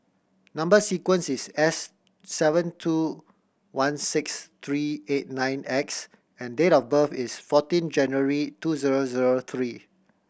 number sequence is S seven two one six three eight nine X and date of birth is fourteen January two zero zero three